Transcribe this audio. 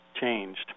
changed